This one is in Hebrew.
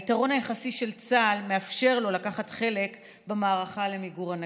היתרון היחסי של צה"ל מאפשר לו לקחת חלק במערכה למיגור הנגיף.